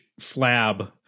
flab